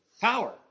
power